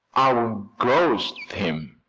i'll ghost him,